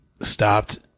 stopped